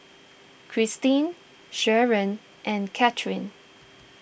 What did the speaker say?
Kristin Sherron and Catharine